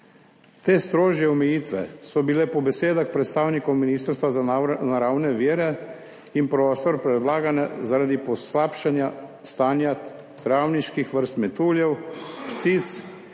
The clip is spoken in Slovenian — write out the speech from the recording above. Te strožje omejitve so bile po besedah predstavnikov Ministrstva za naravne vire in prostor predlagane zaradi poslabšanja stanja travniških vrst, metuljev, ptic